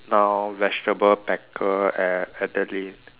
now vegetable packer at Adelaide